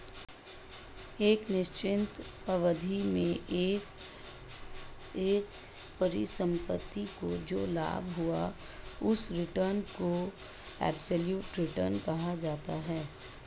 एक निश्चित अवधि में एक परिसंपत्ति को जो लाभ हुआ उस रिटर्न को एबसोल्यूट रिटर्न कहा जाता है